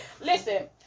Listen